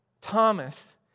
Thomas